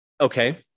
okay